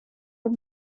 not